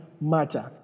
matter